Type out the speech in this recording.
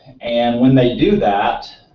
and when they do that,